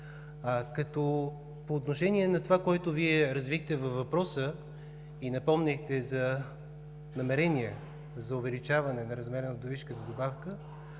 По отношение на това, което Вие развихте във въпроса и напомнихте за намерения за увеличаване на размера на вдовишката добавка